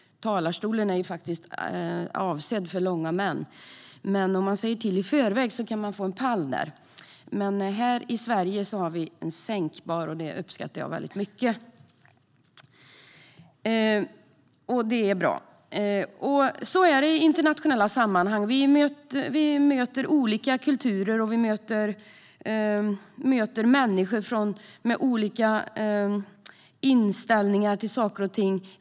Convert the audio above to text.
Talarstolen är avsedd för långa män. Om man säger till i förväg kan man få en pall, fick jag veta. Men här i Sverige har vi en sänkbar talarstol, och det uppskattar jag väldigt mycket. Så är det i internationella sammanhang. Vi möter olika kulturer och människor med olika inställningar till saker och ting.